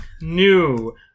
New